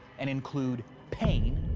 and include pain,